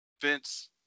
Vince